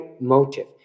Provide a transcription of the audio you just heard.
motive